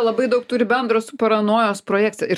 labai daug turi bendro su paranojos projekcija ir